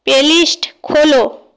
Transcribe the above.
play list খোলো